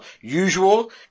usual